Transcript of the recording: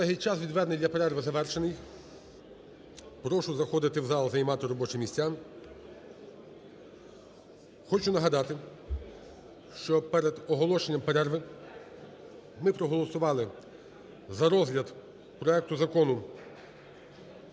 Колеги, час, відведений для перерви, завершений. Прошу заходити в зал і займати робочі місця. Хочу нагадати, що перед оголошенням перерви ми проголосували за розгляд проекту Закону